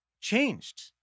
changed